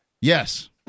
Yes